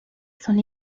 son